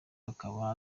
akaba